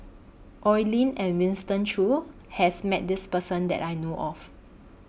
Oi Lin and Winston Choos has Met This Person that I know of